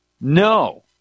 No